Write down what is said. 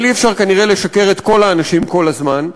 אבל אי-אפשר כנראה לשקר לכל האנשים כל הזמן.